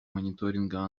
мониторинга